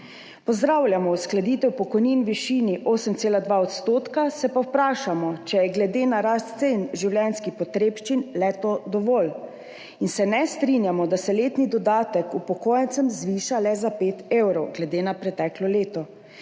Pozdravljamo uskladitev pokojnin v višini 8,2 %, se pa sprašujemo, če je glede na rast cen življenjskih potrebščin to dovolj, in se ne strinjamo, da se letni dodatek upokojencem zviša le za pet evrov glede na preteklo leto.